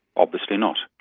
obviously not.